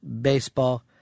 baseball